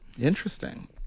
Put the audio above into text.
Interesting